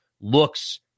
looks